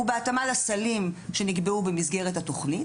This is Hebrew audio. ובהתאמה לסלים שנקבעו במסגרת התוכנית,